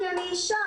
כי אני אישה.